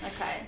okay